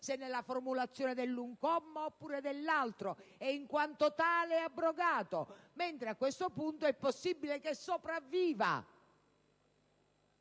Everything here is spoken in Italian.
se nella formulazione dell'un comma o dell'altro, e in quanto tale abrogato, mentre a questo punto è possibile che sopravviva